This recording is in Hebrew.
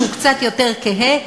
שהוא קצת יותר כהה,